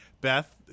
Beth